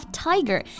tiger